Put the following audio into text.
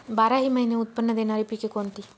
बाराही महिने उत्त्पन्न देणारी पिके कोणती?